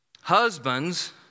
Husbands